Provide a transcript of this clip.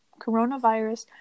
coronavirus